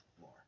more